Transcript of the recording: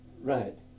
Right